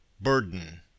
Burden